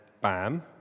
bam